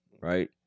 Right